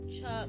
Chuck